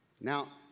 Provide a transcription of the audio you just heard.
Now